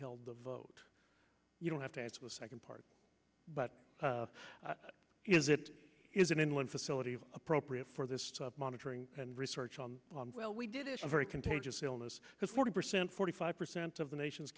held the vote you don't have to answer the second part but is it is an in line facility appropriate for this type of monitoring and research on well we did issue a very contagious illness because forty percent forty five percent of the nation's